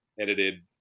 edited